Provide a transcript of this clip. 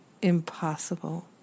Impossible